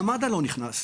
גם מד"א לא נכנס.